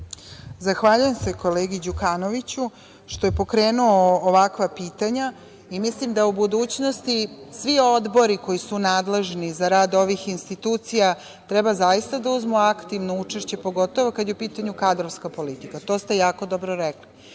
Zahvaljujem se kolegi Đukanoviću što je pokrenuo ovakva pitanja i mislim da u budućnosti svi odbori koji su nadležni za rad ovih institucija treba zaista da uzmu aktivno učešće, pogotovo kada je u pitanju kadrovska politika. To ste jako dobro rekli.